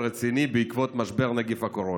עמוק ורציני בעקבות משבר נגיף הקורונה.